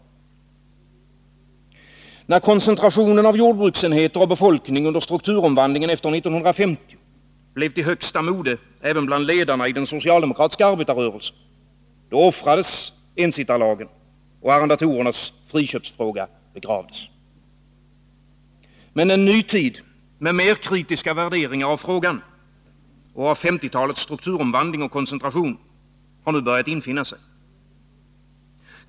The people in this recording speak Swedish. Men när koncentration av jordbruksenheter och befolkning under strukturomvandlingen efter 1950 blev till högsta mode även bland ledarna i den socialdemokratiska arbetarrörelsen, då offrades ensittarlagen och arrendatorernas friköpsfråga begravdes. En ny tid med mer kritiska värderingar av frågan och av 1950-talets strukturomvandling samt koncentration har emellertid börjat infinna sig.